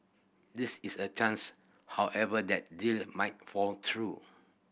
this is a chance however that deal might fall through